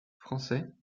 français